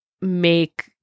make